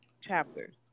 chapters